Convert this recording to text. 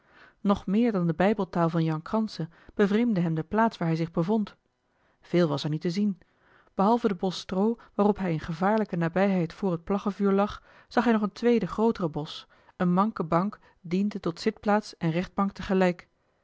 nog meer dan de bijbeltaal van jan kranse bevreemdde hem de plaats waar hij zich bevond veel was er niet te zien behalve den bos stroo waarop hij in gevaarlijke nabijheid voor het plaggenvuur lag zag hij nog een tweeden grooteren bos een manke bank diende tot zitplaats en rechtbank